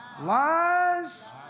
Lies